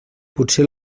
potser